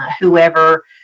whoever